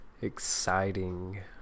exciting